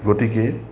গতিকে